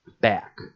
back